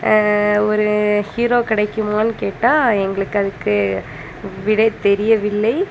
ஒரு ஹீரோ கிடைக்குமான்னு கேட்டால் எங்களுக்கு அதுக்கு விடை தெரியவில்லை